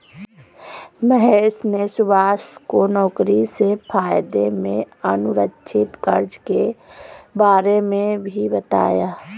महेश ने सुभाष को नौकरी से फायदे में असुरक्षित कर्ज के बारे में भी बताया